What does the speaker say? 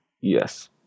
Yes